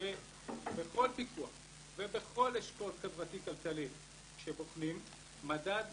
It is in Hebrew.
שבכל פיקוח ובכל אשכול חברתי-כלכלי שבוחנים, מדד